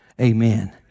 amen